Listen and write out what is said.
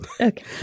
Okay